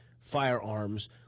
firearms